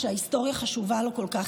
שההיסטוריה חשובה לו כל כך,